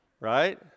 right